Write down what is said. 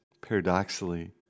Paradoxically